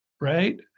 right